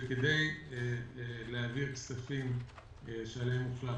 שכדי להעביר כספים פוליטיים שעליהם הוחלט